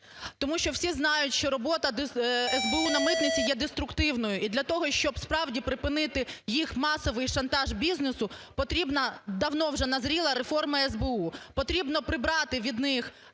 Тому що всі знають, що робота СБУ на митниці є деструктивною. І для того, щоб, справді, припинити їх масовий шантаж бізнесу, потрібна давно вже назріла реформа СБУ. Потрібно прибрати від них